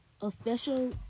official